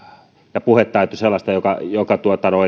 ja puhetaito on sellaista joka joka